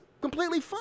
completely